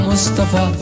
Mustafa